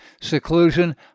seclusion